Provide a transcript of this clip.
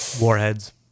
Warheads